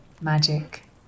magic